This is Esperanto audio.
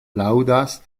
laŭdas